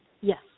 Yes